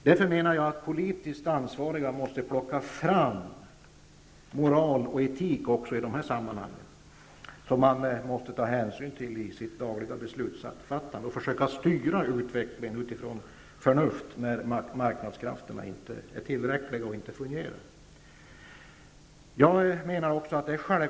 Därför tycker jag att politiskt ansvariga måste plocka fram moral och etik också i dessa sammanhang som man måste ta hänsyn till i sitt dagliga beslutsfattande och försöka styra utvecklingen utifrån förnuft, då marknadskrafterna inte är tillräckliga eller inte fungerar.